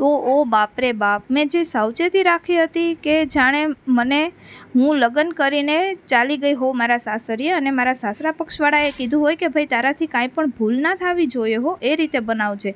તો ઓ બાપ રે બાપ મેં જે સાવચેતી રાખી હતી કે જાણે મને હું લગ્ન કરીને ચાલી ગઈ હોઉં મારા સાસરિયે અને મારા સાસરા પક્ષવાળાએ કીધું હોય કે ભાઈ તારાથી કાંઈ પણ ભૂલ ના થવી જોઈએ હોં એ રીતે બનાવજે